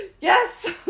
yes